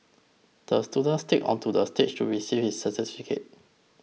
the student skated onto the stage to receive his certificate